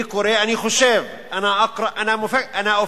אני קורא אני חושב, "אנא אקרא אנא אופקר"